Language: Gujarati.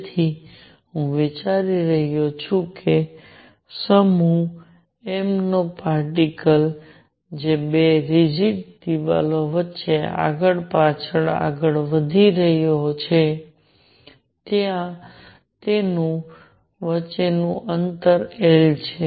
તેથી હું વિચારી રહ્યો છું કે સમૂહ m નો પાર્ટીકલ્સ જે બે રિજીડ દિવાલો વચ્ચે આગળ પાછળ આગળ વધી રહ્યો છે જ્યાં તેમની વચ્ચેનું અંતર L છે